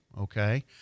Okay